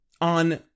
on